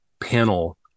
panel